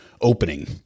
opening